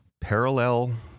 parallel